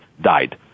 died